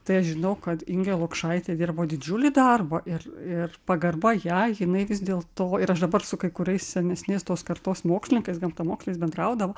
tai aš žinau kad ingė lukšaitė dirbo didžiulį darbą ir ir pagarba jai jinai vis dėl to ir aš dabar su kai kuriais senesnės tos kartos mokslininkais gamtamoksliais bendraudavo